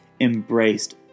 embraced